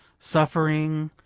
suffering,